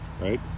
right